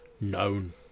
known